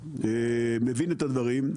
מבין את הדברים,